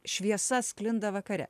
šviesa sklinda vakare